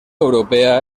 europea